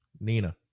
Nina